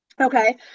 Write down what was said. Okay